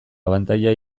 abantaila